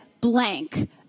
blank